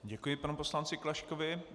Děkuji panu poslanci Klaškovi.